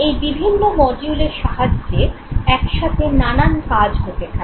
এই বিভিন্ন মডিউলের সাহায্যে একসাথে নানান কাজ হতে থাকে